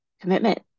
commitment